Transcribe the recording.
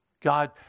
God